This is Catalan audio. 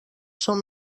són